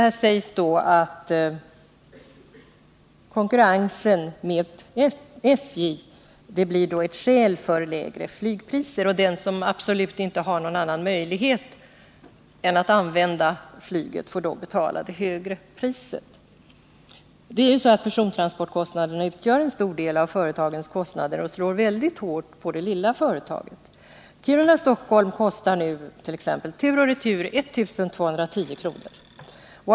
Här sägs emellertid att konkurrens med SJ utgör ett skäl för lägre flygpriser, och den som absolut inte har någon annan möjlighet än att använda flyget får betala det högre priset. Persontransportkostnaderna utgör en stor del av företagens kostnader och slår väldigt hårt på det lilla företaget. Flygbiljetten Kiruna-Stockholm kostar nut.ex. tur och retur I 210 kr.